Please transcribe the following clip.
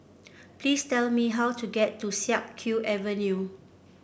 please tell me how to get to Siak Kew Avenue